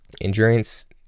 endurance